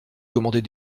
commander